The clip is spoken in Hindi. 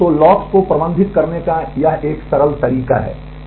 तो लॉक्स को प्रबंधित करने का यह एक सरल तरीका है